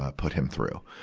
ah put him through.